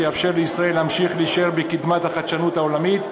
שיאפשר לישראל להמשיך להישאר בקדמת החדשנות העולמית.